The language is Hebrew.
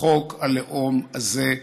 חוק הלאום הזה,